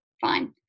fine